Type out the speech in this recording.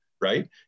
right